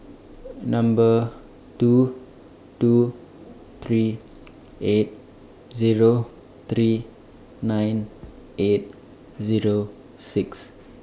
Number two two three eight Zero three nine eight Zero six